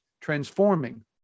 transforming